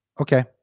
Okay